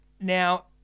Now